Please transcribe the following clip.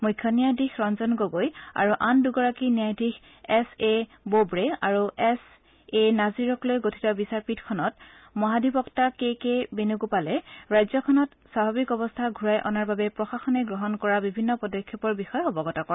মুখ্য ন্যায়াধীশ ৰঞ্জন গগৈ আৰু আন দুগৰাকী নায়াধীশ এছ এ বোবড়ে আৰু এছ এ নাজিৰক লৈ গঠিত বিচাৰপীঠখনক মহাধিবক্তা কে কে বেণুগোপালে ৰাজ্যখনত স্বাভাৱিক অৱস্থা ঘূৰাই অনাৰ বাবে প্ৰশাসনে গ্ৰহণ কৰা বিভিন্ন পদক্ষেপৰ বিষয়ে অৱগত কৰে